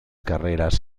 carreras